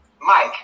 Mike